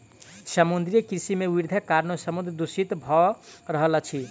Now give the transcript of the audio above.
समुद्रीय कृषि मे वृद्धिक कारणेँ समुद्र दूषित भ रहल अछि